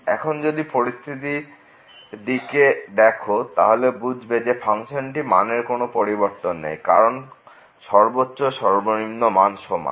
এখন যদি পরিস্থিতির দিকে দেখো তাহলে বুঝবে যে ফাংশনটির মানের কোন পরিবর্তন নেই কারণ সর্বোচ্চ ও সর্বনিম্ন মান সমান